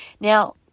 Now